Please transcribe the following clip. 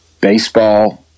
baseball